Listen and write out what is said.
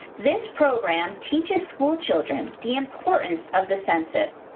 this program teaches schoolchildren the importance of the census,